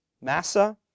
Massa